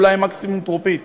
אולי מקסימום טרופית.